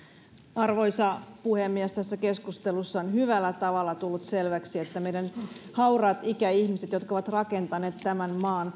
arvoisa puhemies tässä keskustelussa on hyvällä tavalla tullut selväksi kuinka avuttomia meidän hauraat ikäihmiset jotka ovat rakentaneet tämän maan